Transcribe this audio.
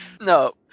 no